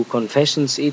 Confessions